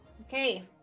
Okay